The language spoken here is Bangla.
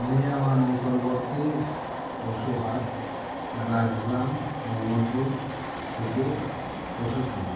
আমি আমার নিকটবর্তী পশু হাট রাজগ্রাম ওমরপুর থেকে পশু কিনি